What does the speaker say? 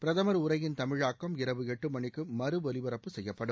பிரதமர் உரையின் தமிழாக்கம் இரவு எட்டு மணிக்கும் மறுஒலிபரப்பு செய்யப்படும்